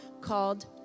called